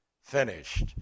finished